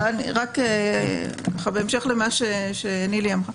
בהמשך למה שנילי אמרה.